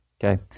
Okay